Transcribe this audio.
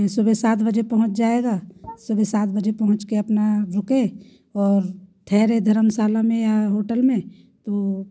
सुबह सात बजे पहुंच जाएगा सुबह सात बजे पहुँच के अपना रुके और ठहरे धर्मशाला में या होटल में तो